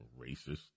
Racist